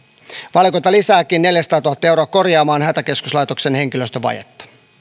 valiokunta lisääkin neljäsataatuhatta euroa korjaamaan hätäkeskuslaitoksen henkilöstövajetta